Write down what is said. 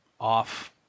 off –